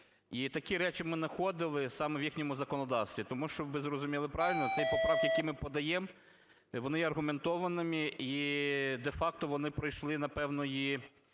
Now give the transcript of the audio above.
І такі речі ми находили саме в їхньому законодавстві, тому, щоб ви зрозуміли правильно, ці поправки, які ми подаємо, вони є аргументованими, і де-факто вони пройшли, напевно,